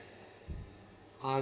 are